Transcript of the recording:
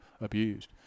abused